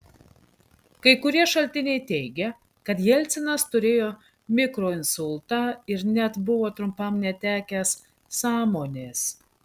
kai kurie šaltiniai teigia kad jelcinas turėjo mikroinsultą ir net buvo trumpam netekęs sąmonės